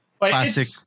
classic